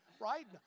right